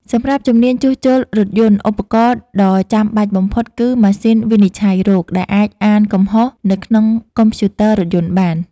សម្រាប់ជំនាញ ជួសជុលរថយន្ត ឧបករណ៍ដ៏ចាំបាច់បំផុតគឺ ម៉ាស៊ីនវិនិច្ឆ័យរោគ ដែលអាចអានកំហុសនៅក្នុងកុំព្យូទ័ររថយន្តបាន។